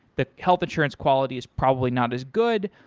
the health insurance quality is probably not as good,